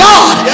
God